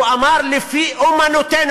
הוא אמר: לפי אמונתו,